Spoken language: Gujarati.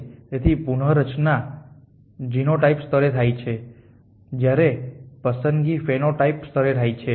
તેથી પુનઃરચના જીનોટાઇપ સ્તરે થાય છે જ્યારે પસંદગી ફેનોટાઇપ સ્તરે થાય છે